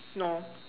no